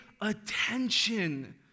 attention